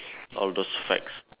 all those facts